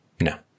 no